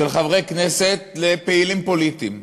של חברי כנסת לפעילים פוליטיים,